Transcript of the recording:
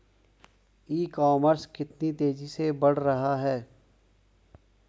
ई commerce कितनी तेजी से बढ़ रहा है?